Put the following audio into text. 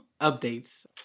updates